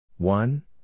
One